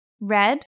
red